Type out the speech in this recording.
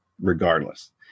regardless